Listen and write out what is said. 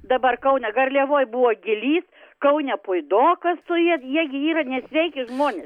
dabar kaune garliavoj buvo gylys kaune puidokas su jie jie gi yra nesveiki žmonės